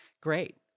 Great